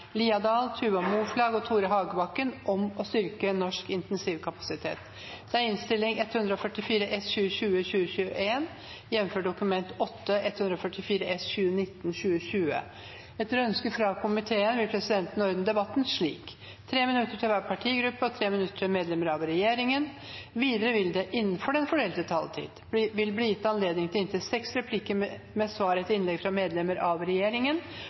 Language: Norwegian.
vil presidenten ordne debatten slik: 3 minutter til hver partigruppe og 3 minutter til medlemmer av regjeringen. Videre vil det – innenfor den fordelte taletid – bli gitt anledning til inntil seks replikker med svar etter innlegg fra medlemmer av regjeringen,